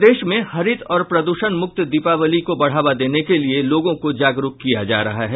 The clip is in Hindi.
प्रदेश में हरित और प्रदूषण मुक्त दीपावली को बढ़ावा देने के लिए लोगों को जागरूक किया जा रहा है